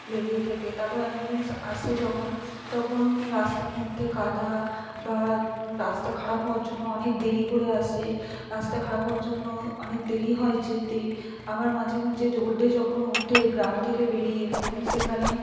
লেগেই থাকে তাপরে অ্যাম্বুলেন্স আসে যখন তখন রাস্তার মধ্যে কাদা বা রাস্তা খারাপ হওয়ার জন্য অনেক দেরি করে আসে রাস্তা খারাপ হওয়ার জন্য অনেক দেরি হয় যেতে আবার মাঝে মাঝে রোডে যখন ওঠে গ্রাম থেকে বেরিয়ে তখন সেখানে